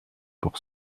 pour